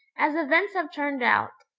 as events have turned out,